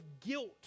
guilt